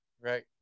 Right